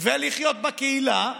ולחיות בקהילה,